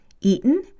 eaten